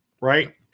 right